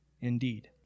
indeed